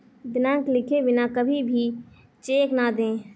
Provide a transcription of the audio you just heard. दिनांक लिखे बिना कभी भी चेक न दें